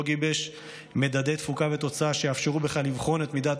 לא גיבש מדדי תפוקה ותוצאה שיאפשרו לבחון את מידת